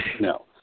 no